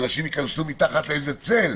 ואנשים ייכנסו מתחת לאיזה צל,